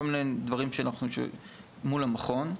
כל מיני דברים שהם מול המכון.